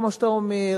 כמו שאתה אומר,